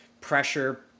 pressure